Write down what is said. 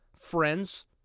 friends